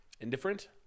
Indifferent